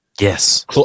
Yes